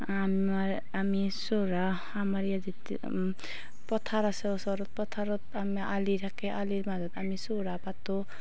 আমাৰ আমি চোৰা আমাৰ ইয়াত যেতিয়া পথাৰ আছে ওচৰত পথাৰত আমি আলি থাকে আলিৰ মাজত আমি চোৰহা পাতোঁ